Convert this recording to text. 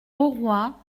auroi